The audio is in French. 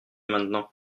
maintenant